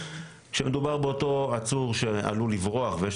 כאשר מדובר באותו עצור שעלול לברוח ויש